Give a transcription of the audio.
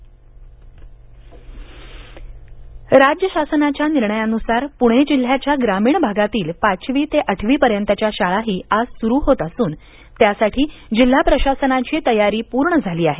शाळा राज्य शासनाच्या निर्णयान्सार पृणे जिल्ह्याच्या ग्रामीण आगातील पाचवी ते आठवी पर्यंतच्या शाळाही आज सुरु होत असून त्यासाठी जिल्हा प्रशासनाची तयारी पूर्ण झाली आहे